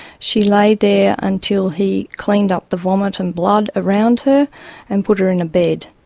she lay there until he cleaned up the vomit and blood around her and put her in a bed.